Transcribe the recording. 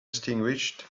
extinguished